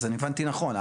אני הבנתי נכון.